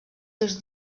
seus